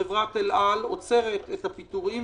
חברת אל על עוצרת את הפיטורים?